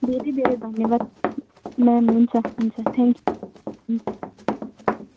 धेरै धेरै धन्यवाद म्याम हुन्छ हुन्छ थ्याङ्क यू हुन्छ